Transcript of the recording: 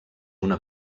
una